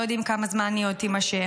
לא יודעים כמה זמן היא עוד תימשך.